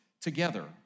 together